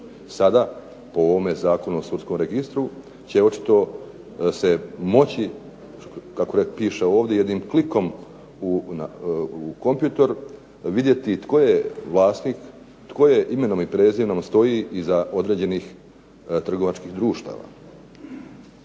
Sada po ovome Zakonu o sudskom registru će očito se moći, kao piše ovdje, jednim klikom u kompjutor vidjeti tko je vlasnik, tko imenom i prezimenom stoji iza određenih trgovačkih društava.